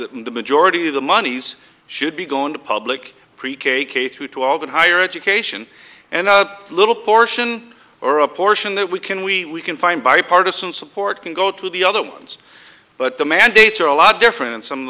the majority of the monies should be going to public pre k k through twelve and higher education and a little portion or a portion that we can we can find bipartisan support can go to the other ones but the mandates are a lot different and some of